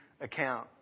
account